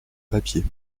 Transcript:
papier